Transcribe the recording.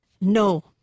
No